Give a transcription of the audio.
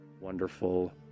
wonderful